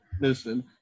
Listen